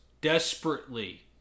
Desperately